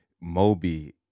Moby